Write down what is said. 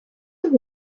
have